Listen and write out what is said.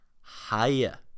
higher